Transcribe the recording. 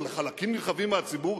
או לחלקים נרחבים מהציבור,